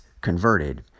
converted